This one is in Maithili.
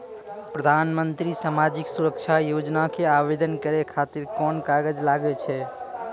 प्रधानमंत्री समाजिक सुरक्षा योजना के आवेदन करै खातिर कोन कागज लागै छै?